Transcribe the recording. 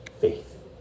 faith